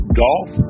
golf